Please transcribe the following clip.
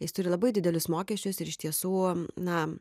jis turi labai didelius mokesčius ir iš tiesų na